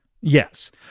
Yes